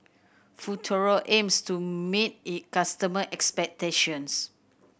Futuro aims to meet its customer expectations